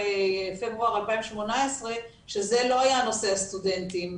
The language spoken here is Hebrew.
בפברואר 2018 שזה לא היה על נושא הסטודנטים.